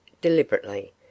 deliberately